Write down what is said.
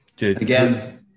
Again